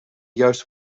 juiste